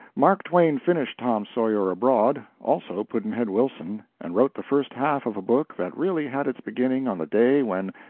mark twain finished tom sawyer abroad, also pudd'nhead wilson, and wrote the first half of a book that really had its beginning on the day when,